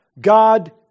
God